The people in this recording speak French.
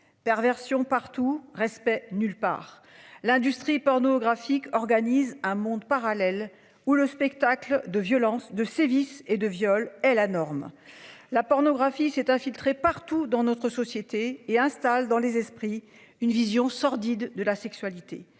perversion partout respect nulle part l'industrie pornographique organise un monde parallèle où le spectacle de violence de sévices et de viol est la norme. La pornographie s'est infiltré partout dans notre société et installe dans les esprits une vision sordide de la sexualité,